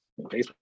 Facebook